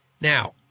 Now